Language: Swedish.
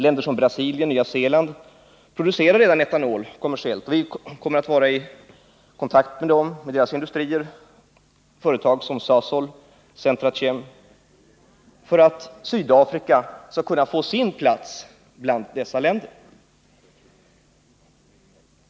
Länder som Brasilien och Nya Zeeland producerar redan etanol kommersiellt, och man kommer att vara i kontakt med deras industrier — företag som Sasol och Sentrachem — för att Sydafrika skall kunna få sin plats bland dessa länder.